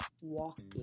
walking